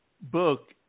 book